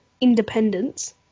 independence